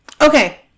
Okay